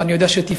ואני יודע שתפעל,